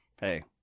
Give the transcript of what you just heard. hey